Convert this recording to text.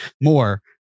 more